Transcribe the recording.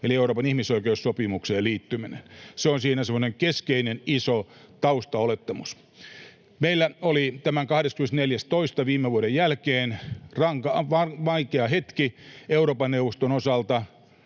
eli Euroopan ihmisoikeussopimukseen liittyminen. Se on siinä semmoinen keskeinen iso taustaolettamus. Meillä oli viime vuoden helmikuun 24. päivän jälkeen vaikea hetki Euroopan neuvoston osalta